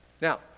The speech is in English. Now